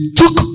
took